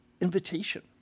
invitation